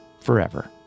forever